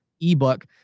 ebook